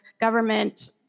government